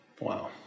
Wow